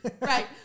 Right